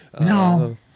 No